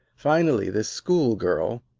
finally this school girl,